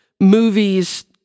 movies